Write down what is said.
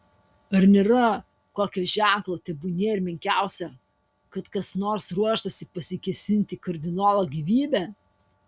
ar nėra kokio ženklo tebūnie ir menkiausio kad kas nors ruoštųsi pasikėsinti į kardinolo gyvybę